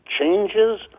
changes